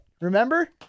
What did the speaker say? Remember